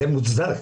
זה מוצדק,